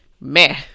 meh